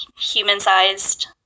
human-sized